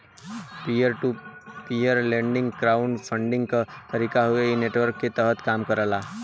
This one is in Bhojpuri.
peer to peer lending crowd funding क तरीका हउवे इ नेटवर्क के तहत कम करला